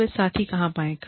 तो वे साथी कहां पाते हैं